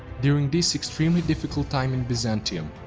during this extremely difficult time in byzantium,